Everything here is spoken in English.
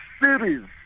series